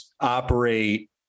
operate